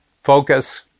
focus